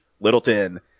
littleton